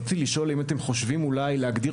רציתי לשאול האם אתם חושבים אולי להגדיר